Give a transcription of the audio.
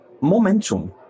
momentum